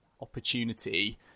opportunity